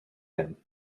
him